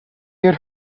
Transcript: had